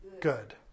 good